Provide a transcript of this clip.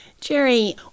Jerry